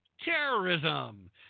terrorism